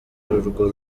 urwo